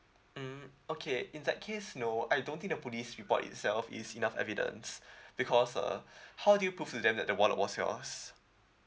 mm okay in that case no I don't think the police report itself is enough evidence because uh how do you prove to them that the wallet was yours